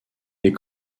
les